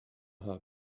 her